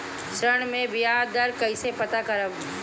ऋण में बयाज दर कईसे पता करब?